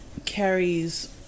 carries